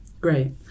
Great